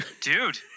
dude